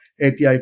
API